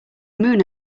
moon